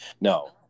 no